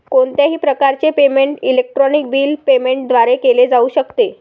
कोणत्याही प्रकारचे payment electronic bill payment द्वारे केले जाऊ शकते